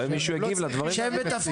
שמישהו יגיב לדברים שלך.